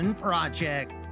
Project